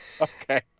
okay